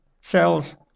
cells